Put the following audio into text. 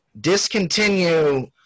discontinue